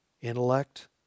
intellect